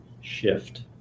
shift